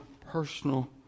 personal